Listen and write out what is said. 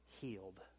healed